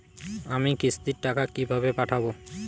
আমি কিস্তির টাকা কিভাবে পাঠাব?